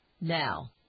Now